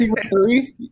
three